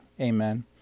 Amen